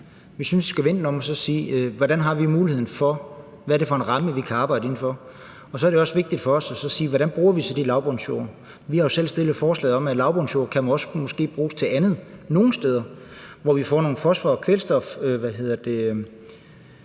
Vi synes, at vi skal vende det om og se på, hvad vi har af muligheder, og hvad det er for en ramme, vi kan arbejde inden for. Så er det også vigtigt for os at spørge: Hvordan bruger vi så de lavbundsjorder? Vi har jo selv fremsat et forslag om, at lavbundsjorder måske også kan bruges til andet nogle steder, hvor vi får noget fosfor- og kvælstofnytte ud af det.